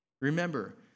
Remember